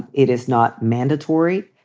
it is not mandatory.